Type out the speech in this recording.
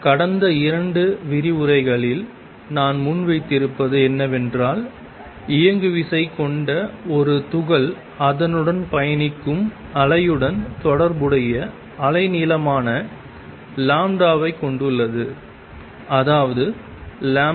கடந்த இரண்டு விரிவுரைகளில் நான் முன்வைத்திருப்பது என்னவென்றால் இயங்குவிசை கொண்ட ஒரு துகள் அதனுடன் பயணிக்கும் அலைகளுடன் தொடர்புடைய அலைநீளமான லாம்ப்டாவைக் கொண்டுள்ளது அதாவது wavehp